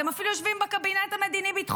אתם אפילו יושבים בקבינט המדיני-ביטחוני,